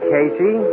Casey